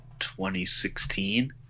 2016